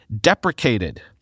deprecated